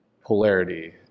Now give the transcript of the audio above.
polarity